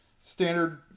Standard